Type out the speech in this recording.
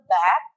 back